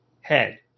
head